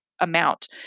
amount